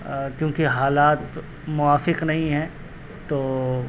کیونکہ حالات موافق نہیں ہیں تو